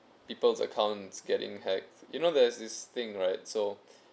people's accounts getting hacked you know there's this thing right so